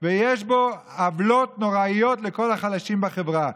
ויש בו עוולות נוראיות לכל החלשים בחברה.